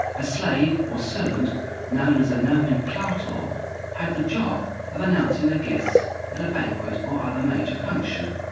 a slave or servant known as a nomenclator had the job of announcing the guests at a banquet or other major function.